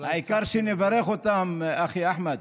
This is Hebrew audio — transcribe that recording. העיקר שנברך אותן, אחי אחמד.